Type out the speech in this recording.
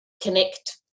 connect